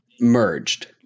merged